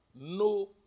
no